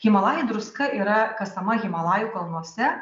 himalajų druska yra kasama himalajų kalnuose